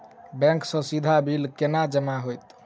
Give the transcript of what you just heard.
Bank सँ सीधा bill केना जमा होइत?